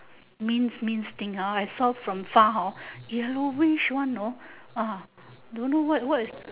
minced minced thing ah I saw from far hor yellowish one know ah don't know what what is